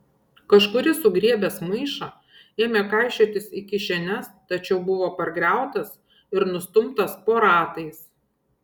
kažkuris sugriebęs maišą ėmė kaišiotis į kišenes tačiau buvo pargriautas ir nustumtas po ratais